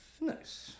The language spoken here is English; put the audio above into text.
Nice